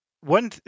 one